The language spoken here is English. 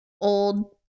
old